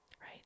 right